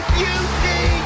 beauty